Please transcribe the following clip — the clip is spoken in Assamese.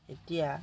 এতিয়া